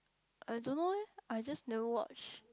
I don't know eh I just never watch